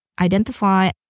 identify